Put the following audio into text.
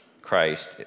Christ